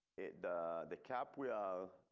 it the cap we are